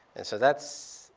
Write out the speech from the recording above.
and so that's.